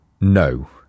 no